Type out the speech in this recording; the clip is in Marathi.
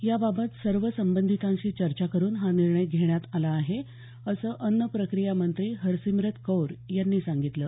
या बाबत सर्व संबंधितांशी चर्चा करून हा निर्णय घेण्यात आलं आहे असं अन्न प्रक्रिया मंत्री हरसिमरत कौर यांनी सांगितलं आहे